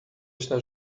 está